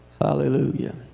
Hallelujah